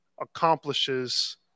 accomplishes